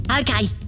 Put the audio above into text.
Okay